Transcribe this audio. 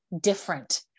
different